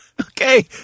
Okay